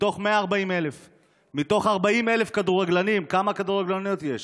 מתוך 140,000. מתוך 40,000 כדורגלנים כמה כדורגלניות יש?